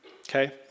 Okay